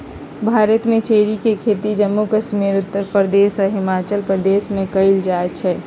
भारत में चेरी के खेती जम्मू कश्मीर उत्तर प्रदेश आ हिमाचल प्रदेश में कएल जाई छई